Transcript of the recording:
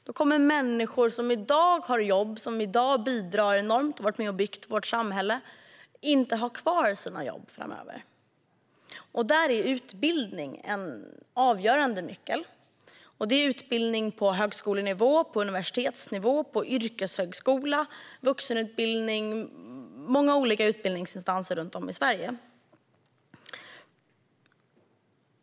Då kommer människor som i dag har jobb, som i dag bidrar enormt och har varit med och byggt vårt samhälle, inte att ha kvar sina jobb framöver. Där är utbildning en avgörande nyckel. Det gäller utbildning på högskolenivå, på universitetsnivå, i yrkeshögskola, i vuxenutbildning - många olika utbildningsinstanser runt om i Sverige.